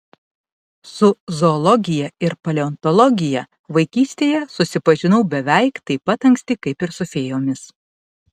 su zoologija ir paleontologija vaikystėje susipažinau beveik taip pat anksti kaip ir su fėjomis